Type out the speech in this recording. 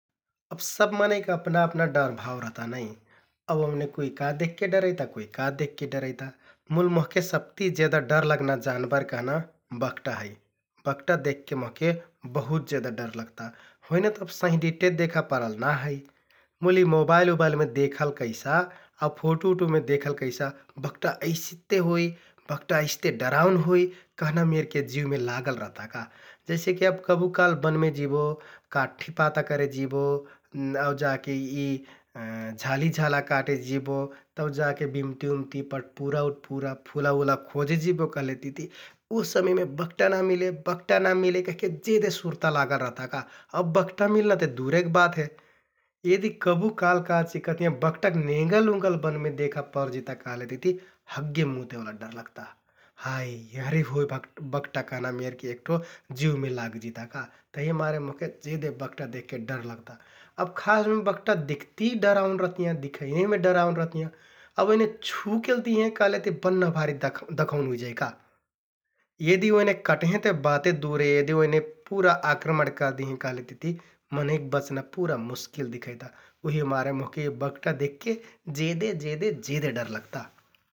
अब सब मनैंक अपना अपना डरभाउ रहता नै अउ ओम्‍ने कुइ का देखके डरैता कुइ देखके डरैता मुल मोहके सबति जेदा डर लगना जानबर कहना बघटा है । बघटा देखके मोहके बहुत जेदा डर लगता । हुइनत अब सँहिडिट्‍ठे देखा परल ना है मुल यि मोबाइल उबाइलमे देखल कैसा आउ फोटु उटुमे देखल कैसा बघटा अइस्ते होइ । बघटा अइस्ते डराउन होइ कहना मेरके जिउमे लागल रहता । जइसेकि अब कबु काल्ह बनमे जिबो । काठिपाता करे जिबो इ झालिझाला काटे जिबो तौ जाके बिम्ति उम्ति, पटपुरा उटपुरा, फुला उला खोजे जिबो कहलेतिति उ समयमे बघटा ना मिले, बघटा ना मिले कहिके जेदे सुरता लागल रहता का । अब बघटा मिल्ना ते दुरेक बात हे यदि कबु काल्ह काचिकहतियाँ बघटाक नेंगल उँगल बनमे देखा परजिता कहलेतिति हग्गे मुतेओला डर लगता । हाइ यहँरे होइ बघ-बघटा कहना मेरके जिउमे लाग जिता तहिमारे मोहके जेदे बघटा देखके डर लगता । अब खासमे बघटा दिख्ति डराउन रहतियाँ, दिखैनेमे डराउन रहतियाँ । अब ओइने छु केल दिहें कहलेति बन्‍ना भारि दख-दखौन हुइजाइ का । यदि ओइने कट्‍हें ते बाते दुरे यदि ओइने पुरा आक्रमण करदिहें कहलेतिति मनैंक बच्‍ना पुरा मुस्किल दिखैता उहिमारे मोहके यि बघटा देखके जेदे जेदे जेदे डर लहता ।